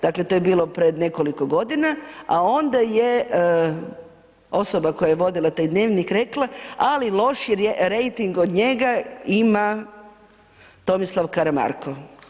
Dakle, to je bilo prije nekoliko godina, a onda je osoba koja je vodila taj dnevnik rekla: „Ali lošiji rejting od njega ima Tomislav Karamarko.